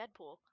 Deadpool